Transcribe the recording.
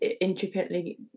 intricately